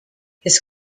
his